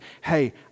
hey